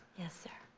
yes, sir.